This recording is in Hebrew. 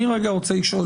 אני רוצה לשאול,